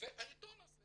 והעיתון הזה